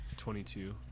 22